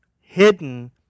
hidden